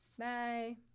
Bye